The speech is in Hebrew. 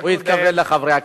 הוא התכוון לחברי הכנסת,